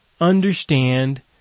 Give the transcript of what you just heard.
understand